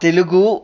Telugu